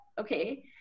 Okay